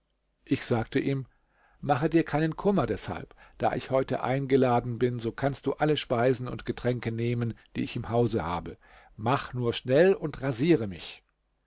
ich sagte ihm mache dir keinen kummer deshalb da ich heute eingeladen bin so kannst du alle speisen und getränke nehmen die ich im hause habe mach nur schnell und rasiere mich